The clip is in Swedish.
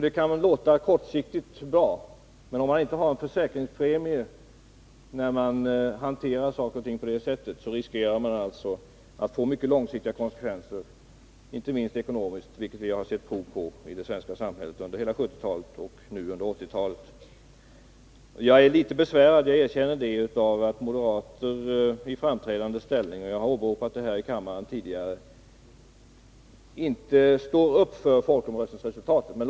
Detta kan låta bra på kort sikt, men om man inte har en försäkringspremie när man hanterar saker och ting på detta sätt riskerar man alltså att få mycket långsiktiga konsekvenser, inte minst ekonomiskt, vilket vi har sett prov på i det svenska samhället under hela 1970-talet och nu under 1980-talet. Jag är litet besvärad — jag erkänner det — av att moderater i framträdande ställning, något som jag har åberopat här i kammaren tidigare, inte står upp för folkomröstningsresultatet.